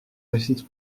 récite